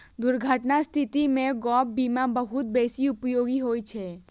दुर्घटनाक स्थिति मे गैप बीमा बहुत बेसी उपयोगी होइ छै